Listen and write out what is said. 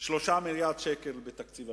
3 מיליארדים בתקציב הביטחון,